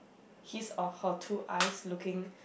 his or her two eyes looking